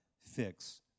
fix